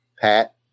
Pat